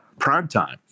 primetime